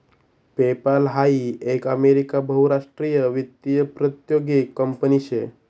PayPal हाई एक America बहुराष्ट्रीय वित्तीय प्रौद्योगीक कंपनी शे